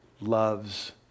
loves